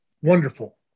wonderful